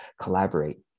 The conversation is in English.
collaborate